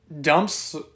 dumps